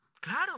Claro